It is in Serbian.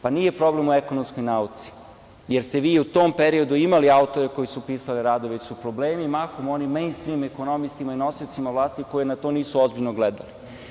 Pa, nije problem u ekonomskoj nauci, jer ste vi u tom periodu imali autore koji su pisali radove, već su problemi mahom u onim mejnstrim ekonomistima i nosiocima vlasti koji na to nisu ozbiljno gledali.